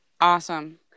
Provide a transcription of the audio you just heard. awesome